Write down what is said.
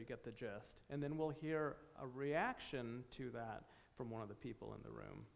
you get the jest and then we'll hear a reaction to that from one of the people in the room